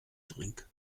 drink